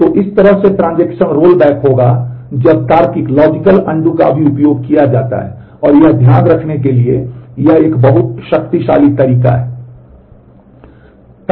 तो इस तरह से ट्रांज़ैक्शन का भी उपयोग किया जाता है और यह ध्यान रखने के लिए एक बहुत शक्तिशाली तरीका है